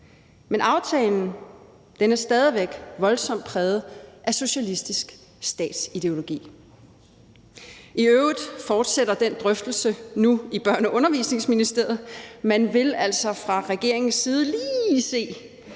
Men aftalen er stadig væk voldsomt præget af socialistisk statsideologi. I øvrigt fortsætter den drøftelse nu i Børne- og Undervisningsministeriet. Man vil altså fra regeringens side lige se,